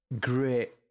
great